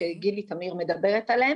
שגילי תמיר מדברת עליהם.